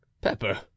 Pepper